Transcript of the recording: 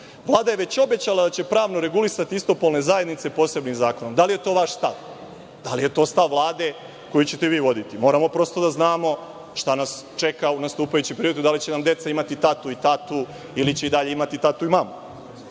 žene. Vlada je već obećala da će pravno regulisati istopolne zajednice posebnim zakonom. Da li je to vaš stav? Da li je to stav Vlade koju ćete vi voditi? Moramo da znamo šta nas čeka u nastupajućem periodu. Da li će nam deca imati tatu i tatu ili će i dalje imati tatu i mamu?